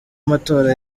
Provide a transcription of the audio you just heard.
matora